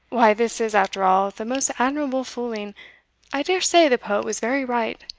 why, this is, after all, the most admirable fooling i dare say the poet was very right.